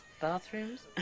Bathrooms